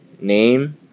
name